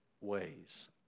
ways